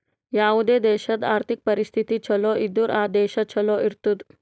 ಯಾವುದೇ ದೇಶಾದು ಆರ್ಥಿಕ್ ಪರಿಸ್ಥಿತಿ ಛಲೋ ಇದ್ದುರ್ ಆ ದೇಶಾ ಛಲೋ ಇರ್ತುದ್